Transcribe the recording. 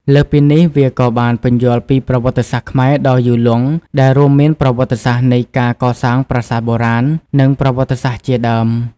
លើសពីនេះ វាក៏បានពន្យល់ពី ប្រវត្តិសាស្ត្រខ្មែរ ដ៏យូរលង់ ដែលរួមមានប្រវត្តិសាស្ត្រនៃការកសាងប្រាសាទបុរាណ និងប្រវត្តិសាស្ត្រជាដើម។